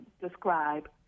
describe